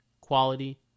quality